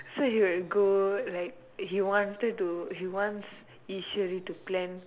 so he will go like he wanted to he wants issue they to plan